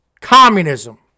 communism